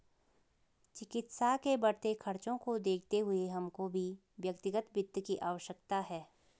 चिकित्सा के बढ़ते खर्चों को देखते हुए हमको भी व्यक्तिगत वित्त की आवश्यकता है